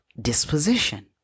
disposition